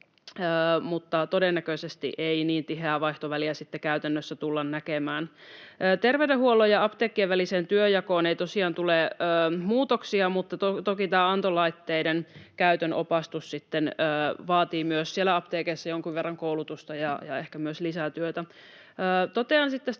mutta todennäköisesti ei niin tiheää vaihtoväliä käytännössä tulla näkemään. Terveydenhuollon ja apteekkien väliseen työnjakoon ei tosiaan tule muutoksia, mutta toki tämä antolaitteiden käytön opastus vaatii myös siellä apteekeissa jonkun verran koulutusta ja ehkä myös lisää työtä. Totean sitten